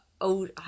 old